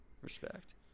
respect